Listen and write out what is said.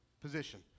position